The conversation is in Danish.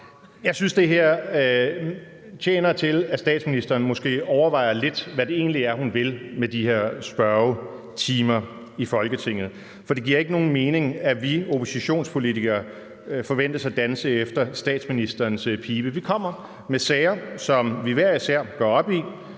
jeg synes, det her tjener til, at statsministeren måske overvejer lidt, hvad det egentlig er, hun vil med de her spørgetimer i Folketinget. For det giver ikke nogen mening, at vi oppositionspolitikere forventes at danse efter statsministerens pibe. Vi kommer med sager, som vi hver især går op i,